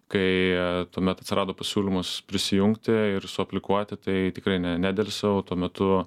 kai tuomet atsirado pasiūlymas prisijungti ir suaplikuoti tai tikrai ne nedelsiau tuo metu